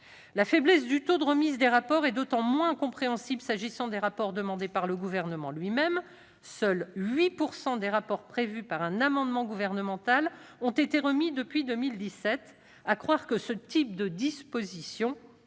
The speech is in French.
La faiblesse du taux de remise des rapports est encore moins compréhensible s'agissant des rapports demandés par le Gouvernement lui-même : seuls 8 % des rapports prévus par un amendement gouvernemental ont été remis depuis 2017. À croire que ce type de disposition avait pour seule vocation